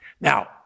Now